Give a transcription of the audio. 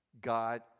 God